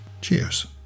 Cheers